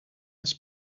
his